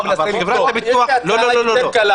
יש הצעה יותר קלה